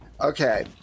okay